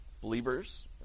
Believers